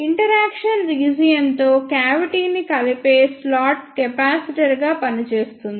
interaction region తో cavity ని కలిపే స్లాట్ కెపాసిటర్గా పనిచేస్తుంది